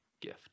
gift